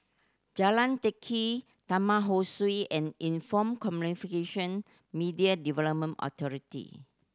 Jalan Teck Kee Taman Ho Swee and Info Media Development Authority